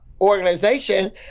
organization